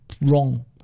wrong